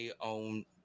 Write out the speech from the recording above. own –